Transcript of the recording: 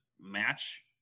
match